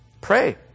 Pray